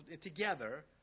together